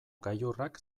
gailurrak